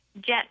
Jet